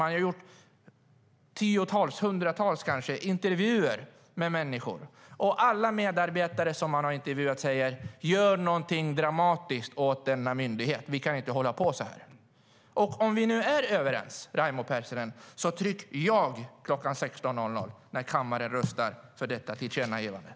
Man har gjort tiotals, kanske hundratals, intervjuer med människor. Alla medarbetare som man har intervjuat säger: Gör någonting dramatiskt åt denna myndighet. Vi kan inte hålla på så här.